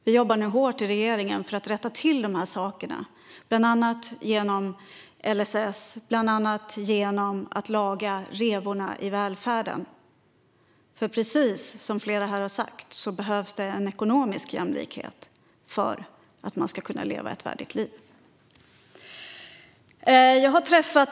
Vi jobbar nu hårt i regeringen för att rätta till de här sakerna, bland annat genom LSS och genom att laga revorna i välfärden. För precis som flera här har sagt behövs en ekonomisk jämlikhet för att man ska kunna leva ett värdigt liv.